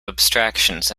abstractions